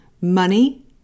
money